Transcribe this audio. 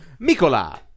Mikola